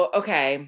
okay